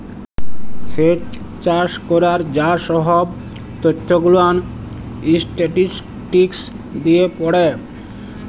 স্যেচ চাষ ক্যরার যা সহব ত্যথ গুলান ইসট্যাটিসটিকস দিয়ে পড়ে